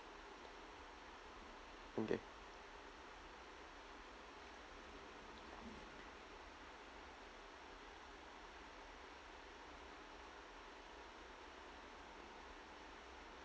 okay